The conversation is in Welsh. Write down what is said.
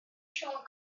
siôn